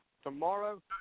Tomorrow